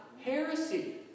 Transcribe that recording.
heresy